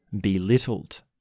belittled